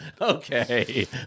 okay